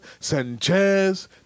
Sanchez